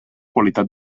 qualitat